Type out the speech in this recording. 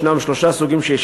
יש שלושה סוגים של